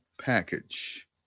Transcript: package